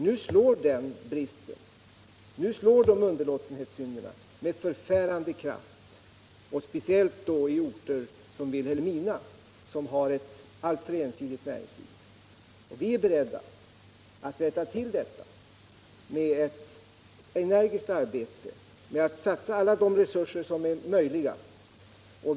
Nu slår de underlåtenhetssynderna = Vilhelmina med förfärande kraft, och speciellt i orter som Vilhelmina, som har ett alltför ensidigt näringsliv. Vi är beredda att rätta till detta med energiskt arbete, med att satsa alla de resurser som är möjliga.